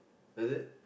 is it